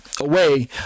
away